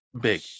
Big